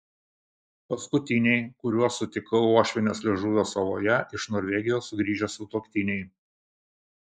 paskutiniai kuriuos sutikau uošvienės liežuvio saloje iš norvegijos sugrįžę sutuoktiniai